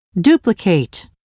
duplicate